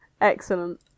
Excellent